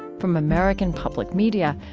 from american public media,